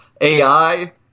AI